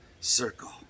circle